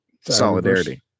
solidarity